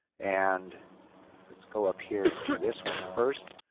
and let's go up here and do this one first.